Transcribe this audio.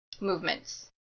movements